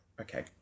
Okay